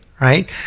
right